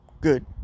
good